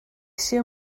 sydd